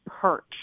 perch